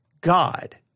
God